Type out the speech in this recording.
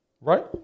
Right